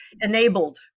enabled